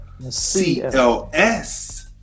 CLS